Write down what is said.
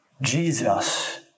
Jesus